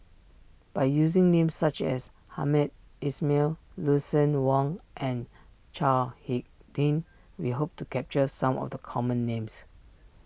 by using names such as Hamed Ismail Lucien Wang and Chao Hick Tin we hope to capture some of the common names